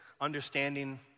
understanding